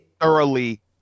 thoroughly